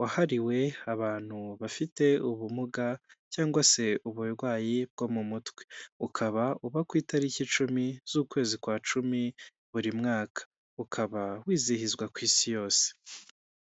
wahariwe abantu bafite ubumuga cyangwa se uburwayi bwo mu mutwe; ukaba uba ku itariki cumi z'ukwezi kwa cumi buri mwaka ukaba wizihizwa ku isi yose.